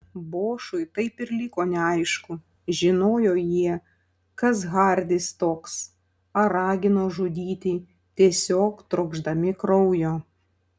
bošui taip ir liko neaišku žinojo jie kas hardis toks ar ragino žudyti tiesiog trokšdami kraujo